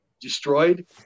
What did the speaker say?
destroyed